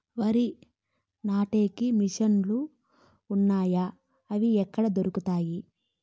వరి నాటే మిషన్ ను లు వున్నాయా? అవి ఎక్కడ దొరుకుతాయి?